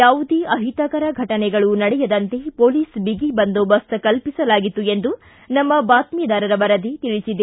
ಯಾವುದೇ ಅಹಿತಕರ ಫಟನೆಗಳು ನಡೆಯದಂತೆ ಪೊಲೀಸ್ ಬಿಗಿ ಬಂದೋಬಸ್ತ್ ಕಲ್ಪಿಸಲಾಗಿತ್ತು ಎಂದು ನಮ್ಮ ಬಾತ್ಮಿದಾರರ ವರದಿ ತಿಳಿಸಿದೆ